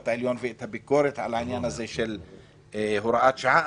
העליון ואת הביקורת על העניין של הוראת שעה,